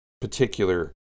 particular